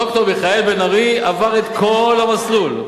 ד"ר מיכאל בן-ארי עבר את כל המסלול.